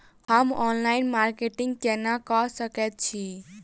हम online marketing केना कऽ सकैत छी?